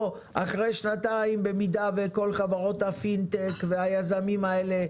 או אחרי שנתיים במידה וכל חברות הפינטק והיזמים האלה,